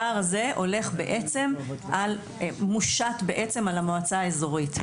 הפער הזה בעצם מושת על המועצה האזורית.